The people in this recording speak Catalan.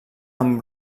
amb